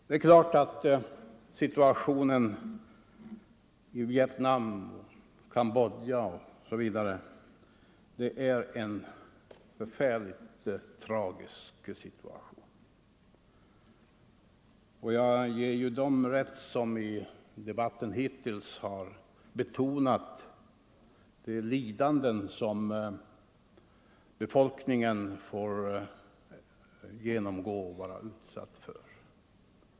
Det är klart att situationen i Vietnam och Cambodja är förfärligt tragisk. Jag ger dem rätt som i debatten hittills har betonat de lidanden som befolkningen i dessa länder får utstå.